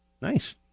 Nice